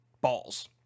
balls